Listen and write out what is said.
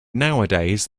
nowadays